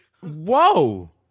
Whoa